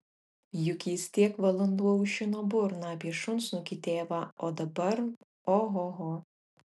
juk jis tiek valandų aušino burną apie šunsnukį tėvą o dabar ohoho